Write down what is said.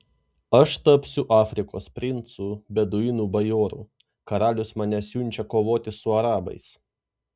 aš tapsiu afrikos princu beduinų bajoru karalius mane siunčia kovoti su arabais